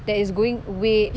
that is going way